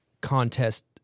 contest